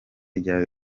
rya